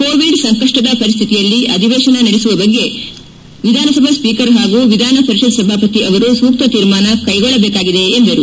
Covid ಸಂಕಪ್ಲದ ಪರಿಸ್ತಿತಿಯಲ್ಲಿ ಅಧಿವೇಶನ ನಡೆಸುವ ಬಗೆ ಕುರಿತು ವಿಧಾನಸಭಾ ಸ್ವೀಕರ್ ಹಾಗೂ ವಿಧಾನಪರಿಷತ್ ಸಭಾಪತಿ ಅವರು ಸೂಕ್ತ ತೀರ್ಮಾನ ಕೈಗೊಳ್ಳದೇಕಾಗಿದೆ ಎಂದರು